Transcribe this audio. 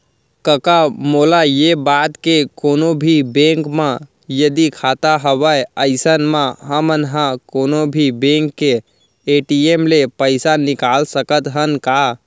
कका मोला ये बता के कोनों भी बेंक म यदि खाता हवय अइसन म हमन ह कोनों भी बेंक के ए.टी.एम ले पइसा निकाल सकत हन का?